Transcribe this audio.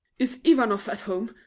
is ivanoff at home?